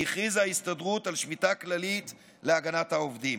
הכריזה ההסתדרות על שביתה כללית להגנת העובדים.